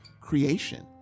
creation